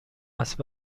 است